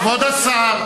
כבוד השר,